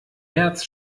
märz